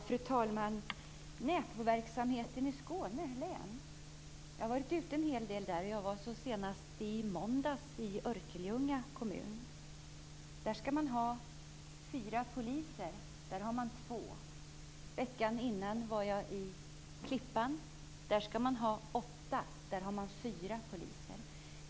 Fru talman! Vad gäller näpoverksamheten i Skåne län har jag varit där en hel del. Så sent som i måndags var jag i Örkelljunga kommun. Där skall man ha fyra poliser, men man har två. Veckan innan var jag i Klippan. Där skall man ha åtta poliser, men man har fyra.